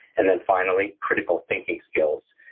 and then finally critical thinking skills,